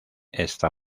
está